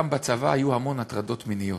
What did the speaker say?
פעם בצבא היו המון הטרדות מיניות.